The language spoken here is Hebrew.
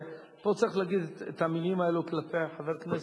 ופה צריך להגיד את המלים האלה כלפי חבר הכנסת,